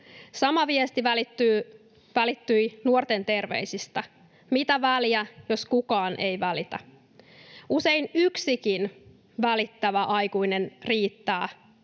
Sama viesti välittyi nuorten terveisistä: "Mitä väliä, jos kukaan ei välitä." Usein yksikin välittävä aikuinen riittää,